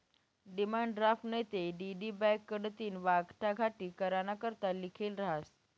demand draft नैते DD bank कडथीन वाटाघाटी कराना करता लिखेल रहास